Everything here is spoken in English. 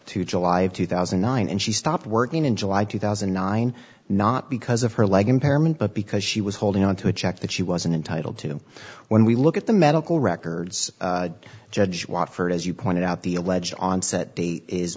to july of two thousand and nine and she stopped working in july two thousand and nine not because of her leg impairment but because she was holding on to a check that she wasn't entitled to when we look at the medical records judge wofford as you pointed out the alleged onset date is